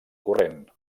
corrent